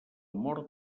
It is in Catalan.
mort